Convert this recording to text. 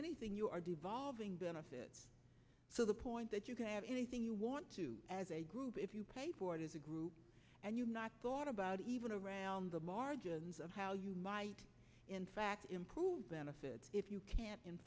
anything you are devolving benefit so the point that you can have anything you want to as a group if you pay for it is a group and you thought about even around the margins of how you might in fact improve benefits if you can in